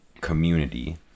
community